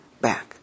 back